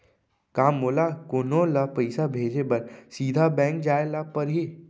का मोला कोनो ल पइसा भेजे बर सीधा बैंक जाय ला परही?